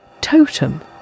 Totem